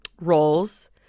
roles